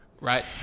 right